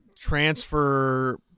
transfer